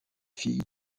fille